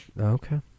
Okay